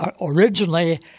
originally